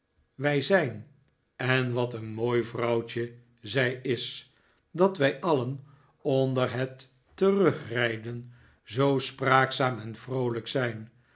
wij zijn en wat een mooi vrouwtje zij is dat wij alien onder net terugrijden zoo spraakzaam en vroolijk zijn